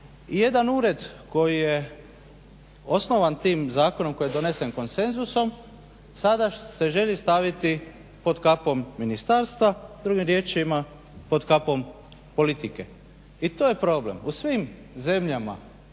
jedan ured koji je osnovan tim zakonom koji je donesen konsenzusom sada se želi staviti pod kapom ministarstva, drugim riječima pod kapom politike. I to je problem. U svim zemljama,